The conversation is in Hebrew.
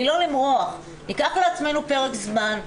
ניקח לעצמנו פרק זמן,